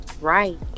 Right